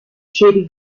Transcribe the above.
shady